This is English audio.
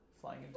flying